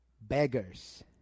beggars